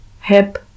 hip